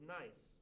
nice